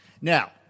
Now